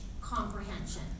comprehension